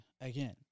again